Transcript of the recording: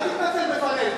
אל תתנצל בפנינו.